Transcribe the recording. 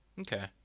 Okay